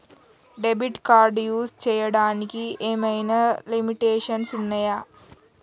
Debit card use చేయడానికి ఏమైనా limitations ఉన్నాయా?